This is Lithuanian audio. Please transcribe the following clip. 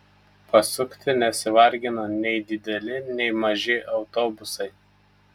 pasukti nesivargina nei dideli nei maži autobusai